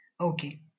Okay